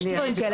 יש דברים כאלה,